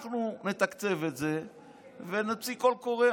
נתקצב את זה ונוציא קול קורא.